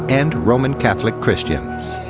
and roman catholic christians.